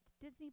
Disney